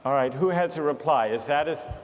alright who has a reply? is that,